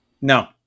No